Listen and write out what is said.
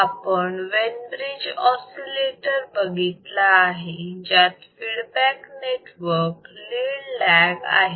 आपण Wien bridge oscillator बघितलेला आहे ज्यात फीडबॅक नेटवर्क लीड लॅग आहे